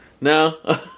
no